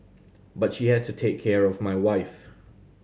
but she has to take care of my wife